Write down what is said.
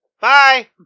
Bye